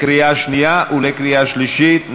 התשע"ו 2016, קריאה שנייה וקריאה שלישית.